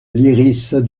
lyrisse